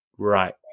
right